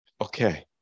Okay